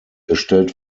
gestellt